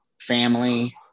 family